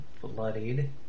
bloodied